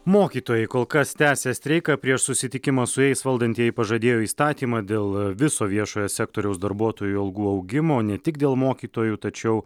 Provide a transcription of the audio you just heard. mokytojai kol kas tęsia streiką prieš susitikimą su jais valdantieji pažadėjo įstatymą dėl viso viešojo sektoriaus darbuotojų algų augimo ne tik dėl mokytojų tačiau